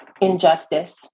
injustice